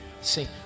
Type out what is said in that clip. See